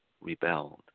Rebelled